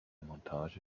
montage